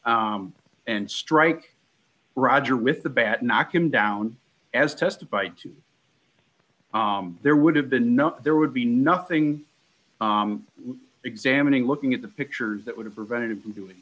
and strike roger with the bat knock him down as testify to there would have been no there would be nothing examining looking at the pictures that would have prevented him from doing